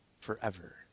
forever